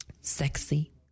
sexy